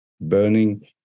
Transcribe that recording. burning